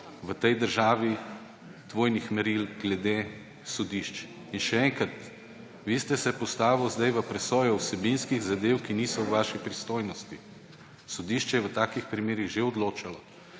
v tej državi dvojnih meril glede sodišč. Še enkrat, vi ste se postavili sedaj v presojo vsebinskih zadev, ki niso v vaši pristojnosti. Sodišče je v takih primerih že odločalo.